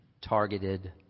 targeted